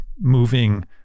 moving